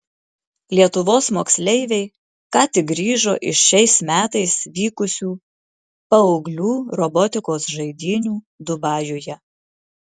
lietuvos moksleiviai ką tik grįžo iš šiais metais vykusių paauglių robotikos žaidynių dubajuje